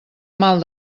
mal